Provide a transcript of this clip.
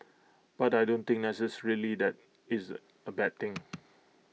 but I don't think necessarily that it's A bad thing